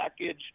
package